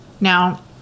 Now